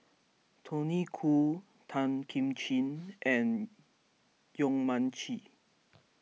Tony Khoo Tan Kim Ching and Yong Mun Chee